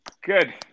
Good